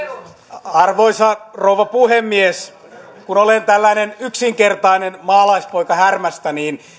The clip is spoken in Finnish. arvoisa rouva puhemies kun olen tällainen yksinkertainen maalaispoika härmästä niin